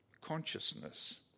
consciousness